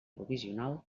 provisional